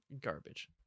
garbage